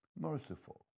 merciful